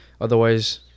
Otherwise